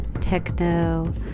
techno